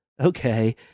okay